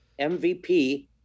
MVP